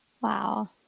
Wow